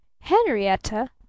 Henrietta